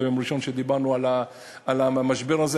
באותו יום ראשון שבו דיברנו על המשבר הזה,